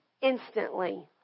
instantly